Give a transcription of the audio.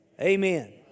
Amen